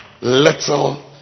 little